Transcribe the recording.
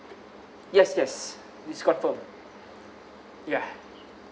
yes yes it's confirmed ya